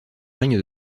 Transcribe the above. règne